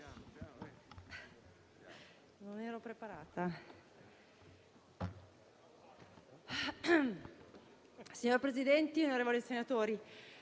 Signor Presidente, onorevoli senatori,